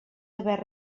haver